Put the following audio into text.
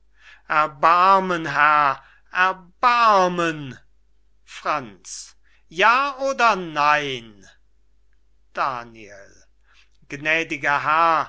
erbarmen herr erbarmen franz ja oder nein daniel gnädiger herr